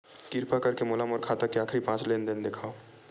किरपा करके मोला मोर खाता के आखिरी पांच लेन देन देखाव